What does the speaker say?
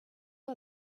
are